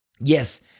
yes